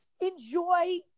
enjoy